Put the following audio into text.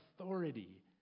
authority